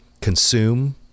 consume